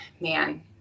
man –